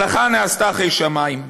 / המלאכה נעשתה, חֵי שמיים.